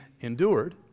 endured